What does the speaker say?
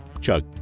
chug